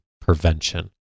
prevention